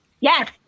Yes